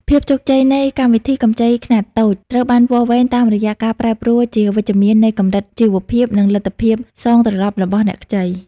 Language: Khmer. ភាពជោគជ័យនៃកម្មវិធីកម្ចីខ្នាតតូច ត្រូវបានវាស់វែងតាមរយៈការប្រែប្រួលជាវិជ្ជមាននៃកម្រិតជីវភាព និងលទ្ធភាពសងត្រឡប់របស់អ្នកខ្ចី។